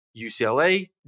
UCLA